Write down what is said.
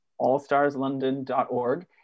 allstarslondon.org